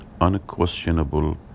unquestionable